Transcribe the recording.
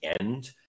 end